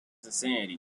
insanity